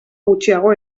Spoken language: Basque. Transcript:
gutxiago